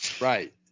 Right